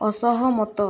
ଅସହମତ